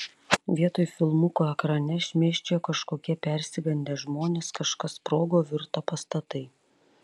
vietoj filmuko ekrane šmėsčiojo kažkokie persigandę žmonės kažkas sprogo virto pastatai